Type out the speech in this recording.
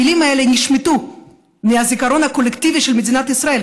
המילים האלה נשמטו מהזיכרון הקולקטיבי של מדינת ישראל,